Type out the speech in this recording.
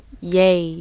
yay